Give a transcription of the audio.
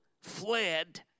fled